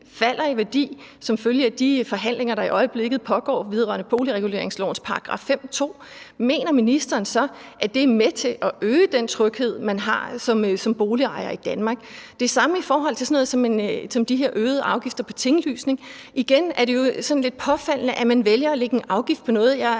falder i værdi som følge af de forhandlinger, der i øjeblikket pågår vedrørende boligreguleringslovens § 5, stk. 2, så mener, at det er med til at øge den tryghed, man har som boligejer i Danmark. Det samme gælder i forhold til sådan noget som de her øgede afgifter på tinglysning. Igen er det jo sådan lidt påfaldende, at man vælger at lægge en afgift på noget. Jeg